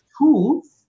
tools